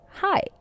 hi